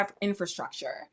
infrastructure